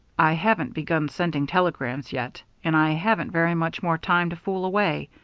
i haven't begun sending telegrams yet. and i haven't very much more time to fool away.